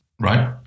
Right